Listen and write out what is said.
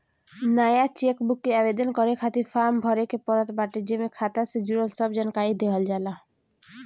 नया चेकबुक के आवेदन खातिर फार्म भरे के पड़त बाटे जेमे खाता से जुड़ल सब जानकरी देहल जाला